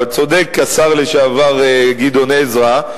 אבל צודק השר לשעבר גדעון עזרא,